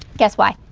guess why.